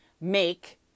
make